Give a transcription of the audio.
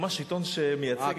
ממש עיתון שמייצג את,